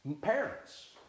parents